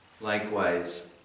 Likewise